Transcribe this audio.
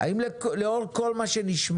האם לאור כל מה שנשמע,